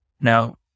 Now